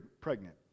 pregnant